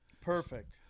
Perfect